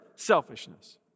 selfishness